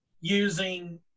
using